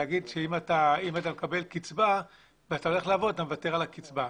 זה כמו להגיד שאם אתה מקבל קצבה והולך לעבוד אתה מוותר על הקצבה.